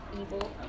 evil